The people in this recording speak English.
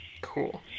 Cool